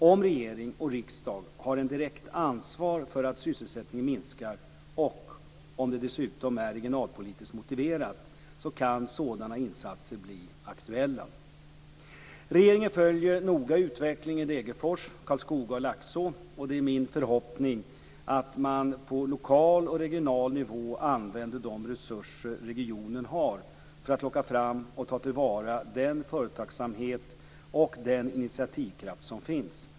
Om regering och riksdag har ett direkt ansvar för att sysselsättningen minskar, och om det dessutom är regionalpolitiskt motiverat, kan sådana insatser bli aktuella. Regeringen följer noga utvecklingen i Degerfors, Karlskoga och Laxå. Det är min förhoppning att man på lokal och regional nivå använder de resurser regionen har för att locka fram och ta till vara den företagsamhet och den initiativkraft som finns.